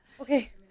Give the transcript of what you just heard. Okay